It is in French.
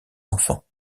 enfants